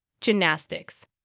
gymnastics